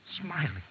smiling